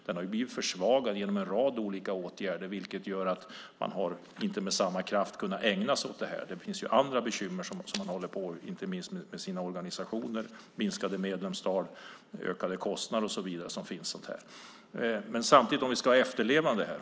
De har blivit försvagade genom en rad olika åtgärder, vilket gör att de inte med samma kraft har kunnat ägna sig åt detta. Det finns andra bekymmer inom de fackliga organisationerna. Det gäller minskade medlemstal, ökade kostnader och så vidare.